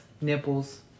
nipples